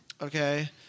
Okay